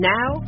Now